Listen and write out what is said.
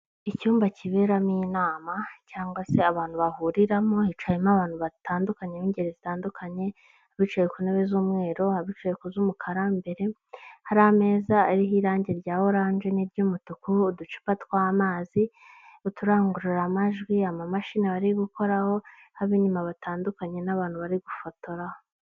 Icyumba kiberamo inama cyangwa se abantu bahuriramo hicayemo abantu batandukanye b'ingeri zitandukanye bicaye ku ntebe z'umweru, abicaye ku z'umukara, imbere hari ameza ariho irangi rya oranje, n'iy'umutuku uducupa tw'amazi uturangururamajwi amamashini bari gukoraho abinyuma batandukanye n'abantu bari gufotoraraho.